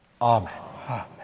Amen